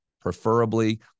preferably